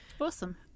Awesome